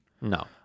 No